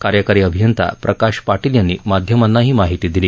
कार्यकरी अभियांता प्रकाश पाटील यांनी माध्यमांना ही माहिती दिली